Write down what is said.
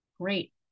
great